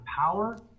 power